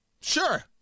Sure